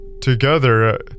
together